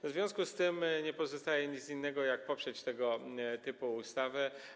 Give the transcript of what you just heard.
W związku z tym nie pozostaje nic innego, jak tylko poprzeć tego typu ustawę.